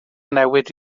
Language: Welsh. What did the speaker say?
newid